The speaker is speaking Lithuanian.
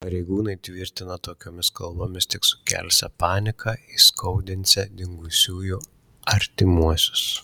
pareigūnai tvirtina tokiomis kalbomis tik sukelsią paniką įskaudinsią dingusiųjų artimuosius